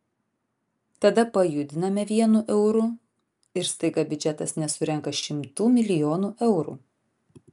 tada pajudiname vienu euru ir staiga biudžetas nesurenka šimtų milijonų eurų